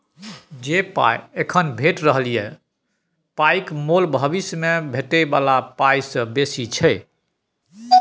जे पाइ एखन भेटि रहल से पाइक मोल भबिस मे भेटै बला पाइ सँ बेसी छै